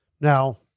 Now